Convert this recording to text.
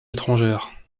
étrangères